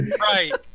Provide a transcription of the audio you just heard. Right